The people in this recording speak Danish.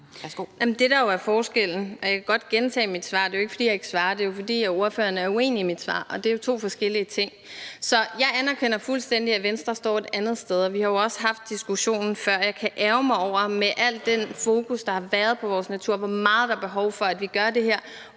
(Lea Wermelin): Jeg kan godt gentage mit svar, for det er jo ikke, fordi jeg ikke svarer. Det er, fordi ordføreren er uenig i mit svar. Det er jo to forskellige ting. Jeg anerkender fuldstændig, at Venstre står et andet sted. Vi har jo også haft diskussionen før. Jeg kan ærgre mig over, at man med al den fokus, der har været på vores natur, og med det store behov for, at vi gør det her,